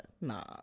Nah